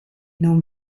non